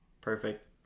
Perfect